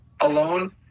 alone